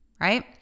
right